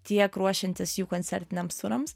tiek ruošiantis jų koncertiniams turams